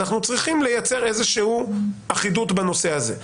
אנחנו צריכים לייצר איזושהי אחידות בנושא הזה.